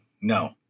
no